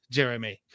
Jeremy